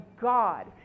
God